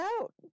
out